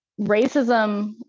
racism